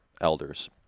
elders